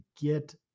get